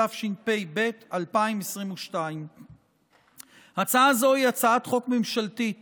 התשפ"ב 2022. הצעה זו היא הצעת חוק ממשלתית